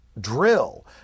Drill